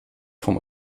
vom